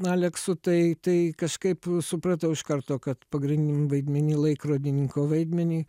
aleksu tai tai kažkaip supratau iš karto kad pagrindiniam vaidmeny laikrodininko vaidmenį